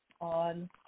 on